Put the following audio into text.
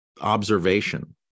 observation